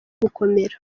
gukomera